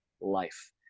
life